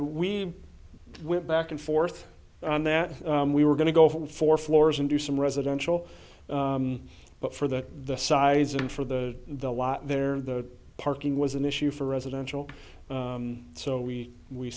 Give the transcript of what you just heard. we went back and forth on that we were going to go from four floors and do some residential but for that the size and for the the lot there the parking was an issue for residential so we we